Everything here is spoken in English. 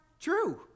True